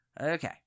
Okay